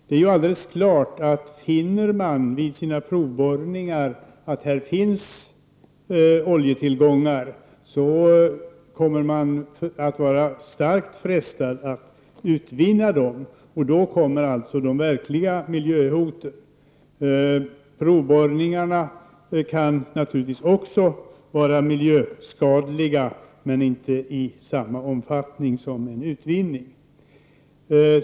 Det är alldeles klart att finner man vid provborrningar att det finns oljetillgångar, så kommer man att vara starkt frestad att utvinna dem. Då kommer alltså de verkliga miljöhoten. Provborrningarna kan naturligtvis också vara miljöskadliga, men inte i samma omfattning som en utvinning.